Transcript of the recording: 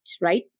right